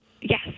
Yes